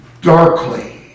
darkly